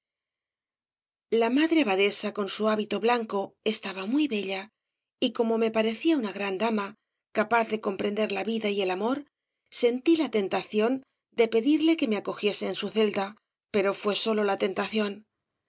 la madre abadesa con su hábito blanco estaba muy bella y como me parecía una gran dama capaz de comprender la vida y el amor sentí la tentación de pedirle que me acogiese en su celda pero fué sólo la tentación